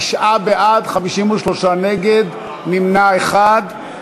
תשעה בעד, 53 נגד, נמנע אחד.